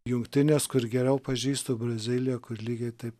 jungtinės kur geriau pažįstu brazilija kur lygiai taip